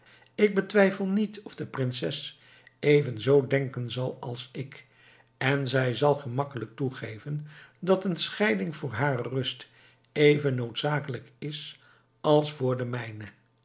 ik betwijfel niet of de prinses evenzoo denken zal als ik en zij zal gemakkelijk toegeven dat een scheiding voor hare rust even noodzakelijk is als voor de mijne